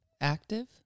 active